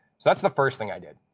so that's the first thing i did.